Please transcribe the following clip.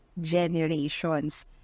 generations